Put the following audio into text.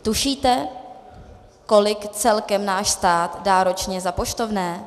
Tušíte, kolik celkem náš stát dá ročně za poštovné?